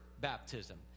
baptism